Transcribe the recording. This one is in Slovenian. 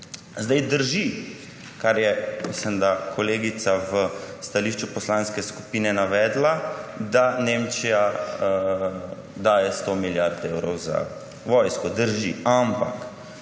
Drži, kar je, mislim, da kolegica, v stališču poslanske skupine navedla – da Nemčija daje 100 milijard evrov za vojsko. Drži. Ampak